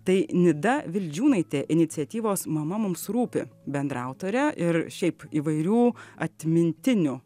tai nida vildžiūnaitė iniciatyvos mama mums rūpi bendraautorė ir šiaip įvairių atmintinių